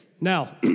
now